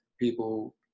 people